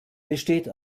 besteht